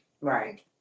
right